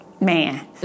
man